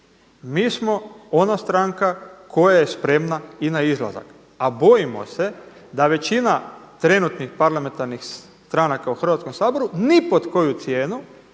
mi smo ona stranka koja je spremna i na izlazak. A bojimo se da većina trenutnih parlamentarnih stranaka u Hrvatskom saboru ni pod koju cijenu